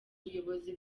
ubuyobozi